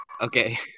Okay